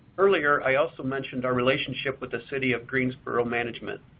earlier, i also mentioned our relationship with the city of greensboro management.